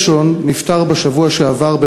הוא נפטר בשבוע שעבר,